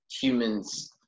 human's